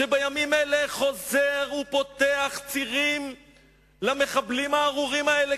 שבימים אלה חוזר ופותח צירים למחבלים הארורים האלה,